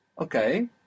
Okay